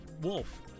wolf